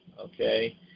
okay